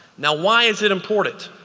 now why is it important?